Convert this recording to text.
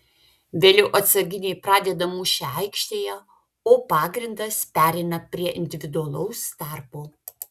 vėliau atsarginiai pradeda mūšį aikštėje o pagrindas pereina prie individualaus darbo